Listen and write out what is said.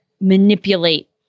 manipulate